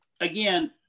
again